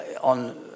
on